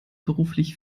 beruflich